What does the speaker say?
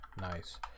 Nice